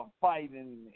fighting